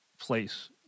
place